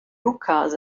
hookahs